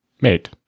Mate